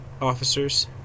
officers